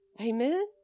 Amen